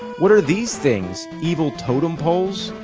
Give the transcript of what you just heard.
what are these things? evil totem poles?